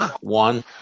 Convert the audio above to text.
One